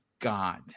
God